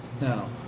Now